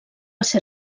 ser